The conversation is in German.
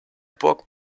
burg